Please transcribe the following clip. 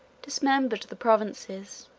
dismembered the provinces,